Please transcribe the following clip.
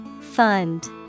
Fund